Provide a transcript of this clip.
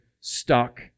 stuck